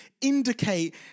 indicate